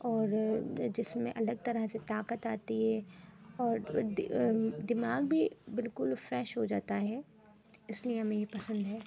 اور جسم میں الگ طرح سے طاقت آتی ہے اور دماغ بھی بالکل فریش ہو جاتا ہے اس لیے ہمیں یہ پسند ہے